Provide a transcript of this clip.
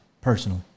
personally